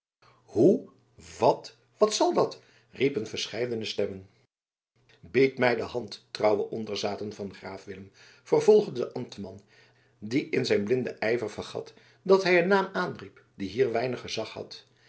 hoe wat wat zal dat riepen verscheidene stemmen biedt mij de hand trouwe onderzaten van graaf willem vervolgde de ambtman die in zijn blinden ijver vergat dat hij een naam aanriep die hier weinig gezag had